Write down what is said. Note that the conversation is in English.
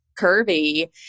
curvy